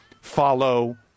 follow